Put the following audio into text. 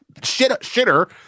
shitter